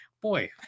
Boy